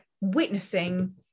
witnessing